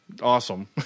Awesome